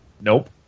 nope